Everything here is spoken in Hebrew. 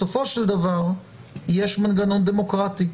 בסופו של דבר יש מנגנון דמוקרטי,